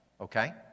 okay